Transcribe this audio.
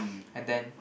and then